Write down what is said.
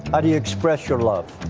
do you express your love?